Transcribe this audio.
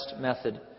method